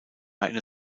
eine